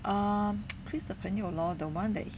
err chris 的朋友 lor the one that